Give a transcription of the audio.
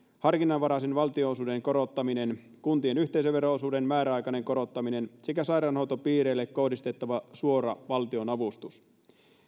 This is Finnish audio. harkinnanvaraisen valtionosuuden korottaminen kuntien yhteisövero osuuden määräaikainen korottaminen sekä sairaanhoitopiireille kohdistettava suora valtionavustus